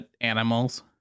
animals